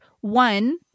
one